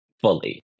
fully